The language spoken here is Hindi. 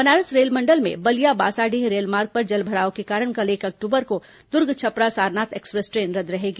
बनारस रेलमंडल में बलिया बासाडीह रेलमार्ग पर जलभराव के कारण कल एक अक्टूबर को दुर्ग छपरा सारनाथ एक्सप्रेस ट्रेन रद्द रहेगी